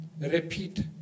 repeat